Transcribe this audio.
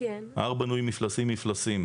ההר בנוי מפלסים-מפלסים.